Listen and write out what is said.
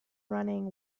running